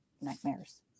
nightmares